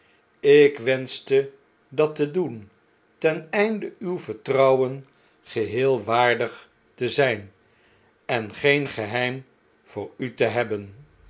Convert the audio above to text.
ik wenschte dat de doen ten einde uw vertrouwen geheel waardig te zjjn en geen geheim voor u te hebben